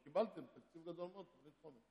אבל קיבלתם תקציב גדול מאוד לתוכנית חומש,